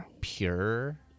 Pure